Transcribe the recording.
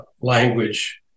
language